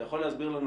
אתה יכול להסביר לנו,